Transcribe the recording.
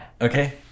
Okay